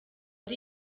ari